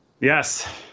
Yes